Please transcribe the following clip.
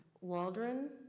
Waldron